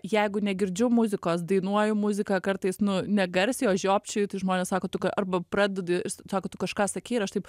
jeigu negirdžiu muzikos dainuoju muziką kartais nu ne garsiai o žiopčioju tai žmonės sako tu ką arba pradedi dai sako tu kažką sakei ir aš taip